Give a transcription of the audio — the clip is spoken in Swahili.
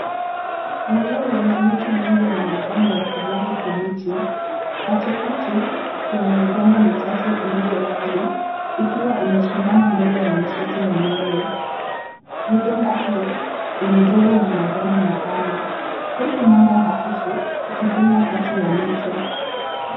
Eneo lenye miti mingi na machani ya kijani kibichi katikati kuna migomba michache ililiyowazi ikiwa imesimama mbele ya msitu mnene, migomba hii imejazwa ma machani mapana huku mwanga hafivu ukipenya kati ya miti .